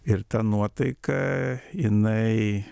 ir ta nuotaika jinai